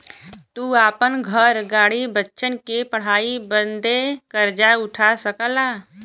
तू आपन घर, गाड़ी, बच्चन के पढ़ाई बदे कर्जा उठा सकला